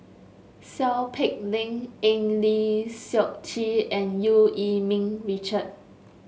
Seow Peck Leng Eng Lee Seok Chee and Eu Yee Ming Richard